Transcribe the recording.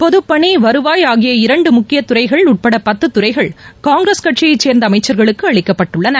பொதப்பணி வருவாய் ஆகிய இரண்டு முக்கியத்துறைகள் உட்பட பத்து துறைகள் காங்கிரஸ் கட்சியை சேர்ந்த அமைச்சர்களுக்கு அளிக்கப்பட்டுள்ளன